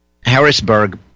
Harrisburg